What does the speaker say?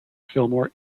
fillmore